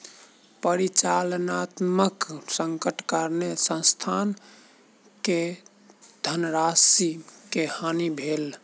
परिचालनात्मक संकटक कारणेँ संस्थान के धनराशि के हानि भेल